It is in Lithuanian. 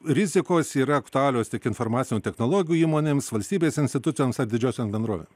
rizikos yra aktualios tik informacinių technologijų įmonėms valstybės institucijoms ar didžiosiom bendrovėms